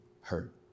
hurt